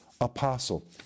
apostle